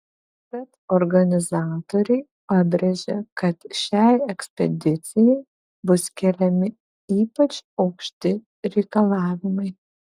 tad organizatoriai pabrėžia kad šiai ekspedicijai bus keliami ypač aukšti reikalavimai